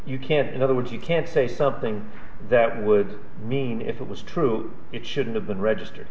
you can't in other words you can't say something that would mean if it was true it shouldn't have been registered